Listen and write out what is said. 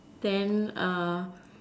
then uh